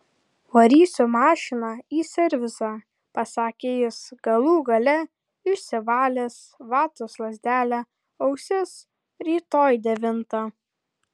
varysiu mašiną į servisą pasakė jis galų gale išsivalęs vatos lazdele ausis rytoj devintą